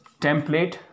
template